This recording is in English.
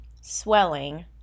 swelling